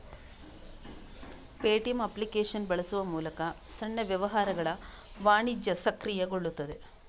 Paytm application ಬಳಸುವ ಮೂಲಕ ಸಣ್ಣ ವ್ಯವಹಾರಗಳ ವಾಣಿಜ್ಯ ಸಕ್ರಿಯಗೊಳ್ಳುತ್ತದೆ